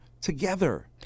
together